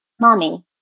Mommy